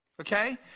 Okay